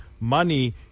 money